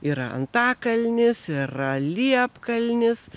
yra antakalnis yra liepkalnis